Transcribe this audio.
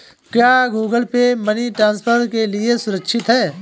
क्या Google Pay money transfer के लिए सुरक्षित है?